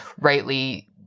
rightly